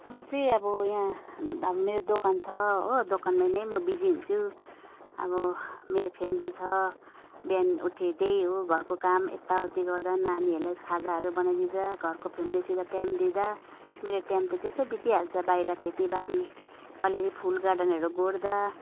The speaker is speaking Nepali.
म चाहिँ अब यहाँ अबो मेरो दोकान छ हो दोकानमै नै म बिजी हुन्छु अब मेरो फेमिली छ बिहान उठे त्यही हो घरको काम यताउति गर्दा नानीहरूलाई खाजाहरू बनाइदिँदा घरको फेमिलीसित टाइम दिँदा मेरो टाइम त त्यसै बितिहाल्छ बाहिर खेतीबारी अलिअली फुल गार्डनहरू गोड्दा